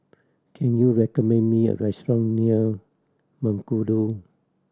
can you recommend me a restaurant near Mengkudu